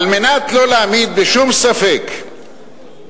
על מנת שלא להעמיד בשום ספק את